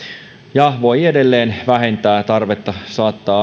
ja voi edelleen vähentää tarvetta saattaa